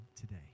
today